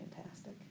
fantastic